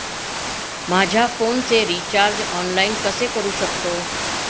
माझ्या फोनचे recharge online कसे करू शकतो?